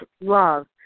love